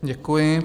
Děkuji.